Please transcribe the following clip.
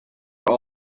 are